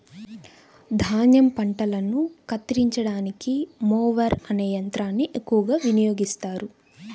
ధాన్యం పంటలను కత్తిరించడానికి మొవర్ అనే యంత్రాన్ని ఎక్కువగా వినియోగిస్తారు